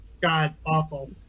god-awful